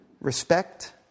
respect